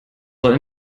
soll